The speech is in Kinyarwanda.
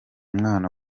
mwana